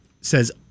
says